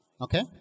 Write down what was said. Okay